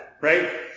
Right